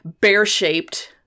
bear-shaped